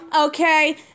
okay